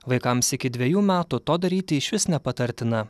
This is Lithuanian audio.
vaikams iki dvejų metų to daryti išvis nepatartina